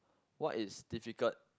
what is difficult